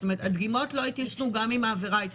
זאת אומרת שהדגימות לא התיישנו גם אם העבירה התיישנה.